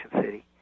city